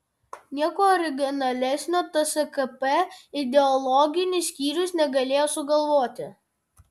nieko originalesnio tskp ideologinis skyrius negalėjo sugalvoti